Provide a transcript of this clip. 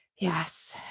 Yes